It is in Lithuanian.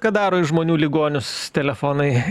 kad daro iš žmonių ligonius telefonai